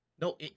No